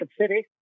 City